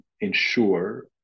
ensure